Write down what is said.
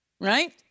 right